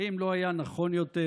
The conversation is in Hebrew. האם לא היה נכון יותר